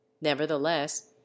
nevertheless